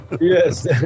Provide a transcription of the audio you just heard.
Yes